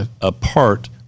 Apart